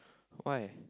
why